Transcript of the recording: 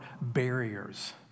barriers